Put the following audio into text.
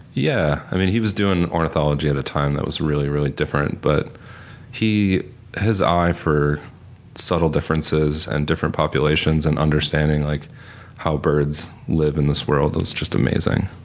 yeah. i mean he was doing ornithology at a time that was really, really different but his eye for subtle differences and different populations and understanding like how birds live in this world was just amazing.